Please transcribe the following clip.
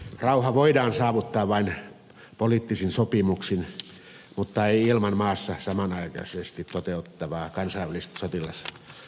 rauha voidaan saavuttaa vain poliittisin sopimuksin mutta ei ilman maassa samanaikaisesti toteutettavaa kansainvälistä sotilas ja kriisinhallintaa